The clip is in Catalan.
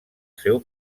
seu